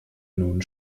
nun